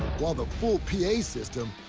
while the full pa system,